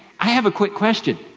i have a quick question.